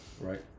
Right